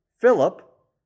Philip